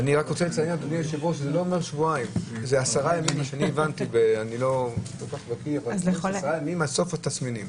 אני רוצה לציין שזה לא שבועיים אלא אלה 10 ימים עד אחרי התסמינים.